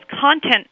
content